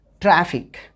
traffic